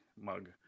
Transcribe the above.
mug